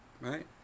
Right